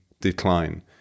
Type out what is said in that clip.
decline